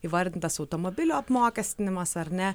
įvardintas automobilių apmokestinimas ar ne